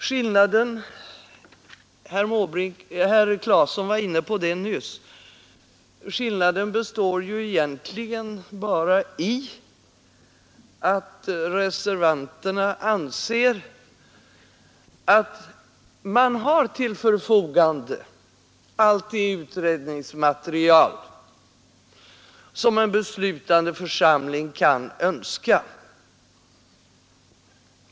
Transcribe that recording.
Herr Claeson var nyss inne på detta. Skillnaden består egentligen bara i att reservanterna anser att man till förfogande har allt det utredningsmaterial som en beslutande församling kan önska.